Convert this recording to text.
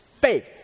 Faith